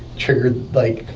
triggered, like,